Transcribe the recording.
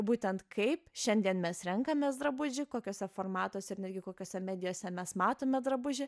būtent kaip šiandien mes renkamės drabužį kokiuose formatuose ir netgi kokiose medijose mes matome drabužį